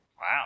wow